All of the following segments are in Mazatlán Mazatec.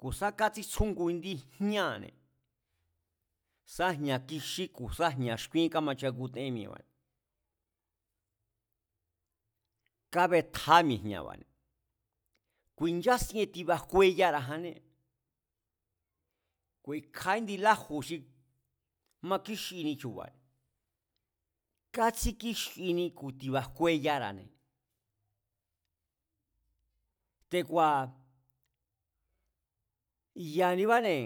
Ku̱ sá katsítsjú ngu indi jñáa̱ne̱, sá jña̱ kixí ku̱ sá jña̱ xkúíén kamachakuten mi̱e̱ba̱ne̱, kabetja mi̱e̱ jña̱ba̱ne̱, ku̱i̱nchásien ti̱ba̱ jkueyara̱janné, ku̱i̱kja índi laju̱ xi makíxini chu̱ba̱ kátsíkíxini ku̱ ti̱ba̱ jkueyara̱ne̱, te̱ku̱a̱ ya̱nibáne̱,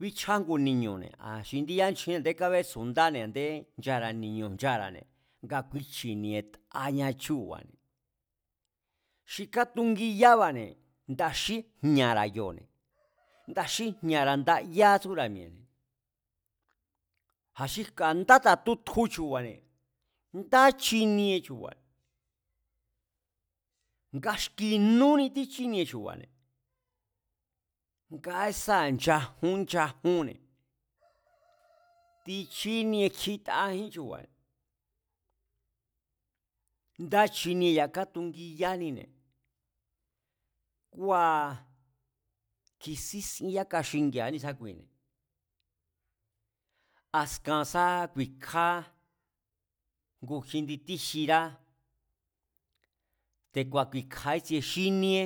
bíchjá ngu ni̱ñu̱ne̱, aa̱n xi indí yánchjinne a̱ndé kabetsu̱ndáne̱ a̱nde nchara̱ ni̱ñu̱ nchara̱ne̱ nga kui chi̱ne̱ta̱ña chúu̱ba̱ne̱, xi katugiyaba̱ne̱ nda xíjñára̱ kioo̱ne̱, ndaxíjña̱ra̱ ndayátsúra̱ mi̱e̱ne̱, a̱ xi jka̱ ndá ka̱ tutju chu̱ba̱ne̱, ndá chinie chu̱ba̱ne̱ nga xki̱ núni tíchínie chu̱ba̱ne̱ nga esáa̱ nchajún nchajúnne̱, tichínie kjitajín chu̱ba̱ne̱, ndá chinie ya̱a katungiyánine̱. Kua̱ ki̱sín sin yáka xingi̱a̱á ni̱sákuine̱, askan sá ku̱i̱kjá, ngu kjindi tíjira te̱ku̱a̱ ku̱i̱kjá ítsie xíníé